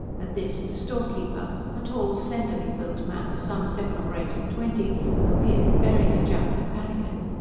at this the storekeeper a tall, slenderly built man of some seven or eight and twenty appeared, bearing a jug and a pannikin.